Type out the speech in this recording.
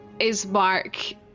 Ismark